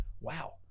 wow